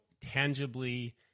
tangibly